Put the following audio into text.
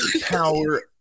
power